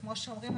וכמו שאומרים,